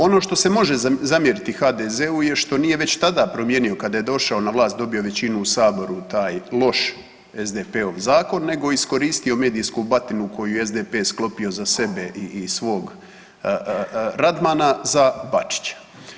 Ono što se može zamjeriti HDZ-u je što nije već tada promijenio kada je došao na vlast dobio većinu u Saboru taj loš SDP-ov zakon, nego iskoristio medijsku batinu koju je SDP-e sklopio za sebe i svog Radmana za Bačića.